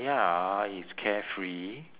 ya it's carefree